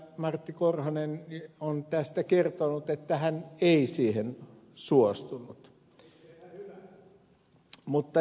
martti korhonen on tästä kertonut että hän ei siihen suostunut mutta ed